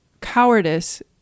cowardice